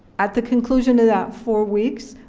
at the conclusion of that four weeks,